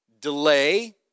Delay